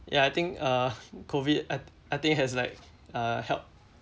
ya I think uh COVID I th~ I think has like uh help